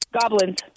Goblins